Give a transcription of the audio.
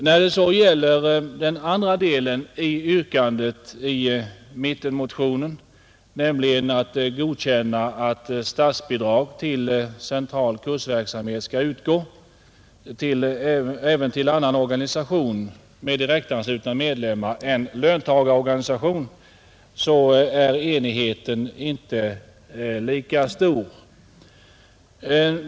När det så gäller den andra delen i yrkandet i mittenmotionen, nämligen att godkänna att statsbidrag till central kursverksamhet skall utgå även till annan organisation med direktanslutna medlemmar än löntagarorganisation, är enigheten inte lika stor.